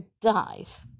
dies